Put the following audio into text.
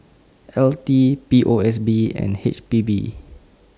L T P O S B and H P B